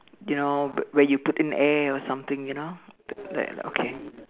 you know when you put in air or something you know but then okay